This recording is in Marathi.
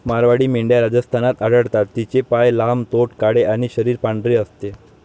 मारवाडी मेंढ्या राजस्थानात आढळतात, तिचे पाय लांब, तोंड काळे आणि शरीर पांढरे असते